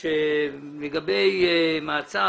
לגבי עסקת